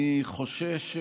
אני חושש,